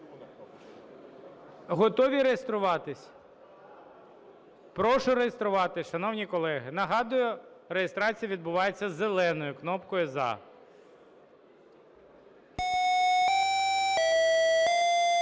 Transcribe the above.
Готові реєструватися? Прошу реєструватися, шановні колеги. Нагадую, реєстрація відбувається зеленою кнопкою "за". 18:34:09